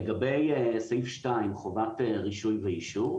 לגבי סעיף שתיים חובת רישוי ואישור,